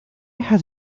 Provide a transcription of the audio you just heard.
has